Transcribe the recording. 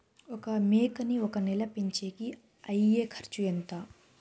ఒక మేకని ఒక నెల పెంచేకి అయ్యే ఖర్చు ఎంత?